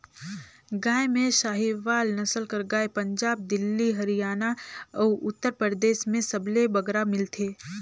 गाय में साहीवाल नसल कर गाय पंजाब, दिल्ली, हरयाना अउ उत्तर परदेस में सबले बगरा मिलथे